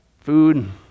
food